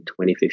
2015